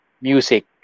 music